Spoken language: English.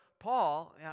Paul